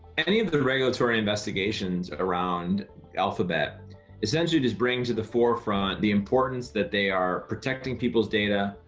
any of the regulatory investigations around alphabet essentially does bring to the forefront the importance that they are protecting people's data,